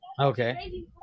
Okay